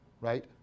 right